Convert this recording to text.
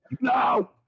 No